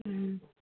ହୁଁ